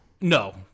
No